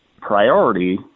priority